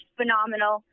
phenomenal